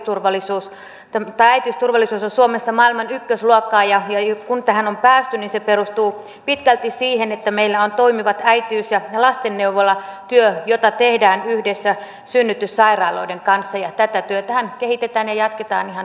äitiysturvallisuus on suomessa maailman ykkösluokkaa ja kun tähän on päästy se perustuu pitkälti siihen että meillä on toimiva äitiys ja lastenneuvolatyö jota tehdään yhdessä synnytyssairaaloiden kanssa ja tätä työtähän kehitetään ja jatketaan ihan tästäkin eteenpäin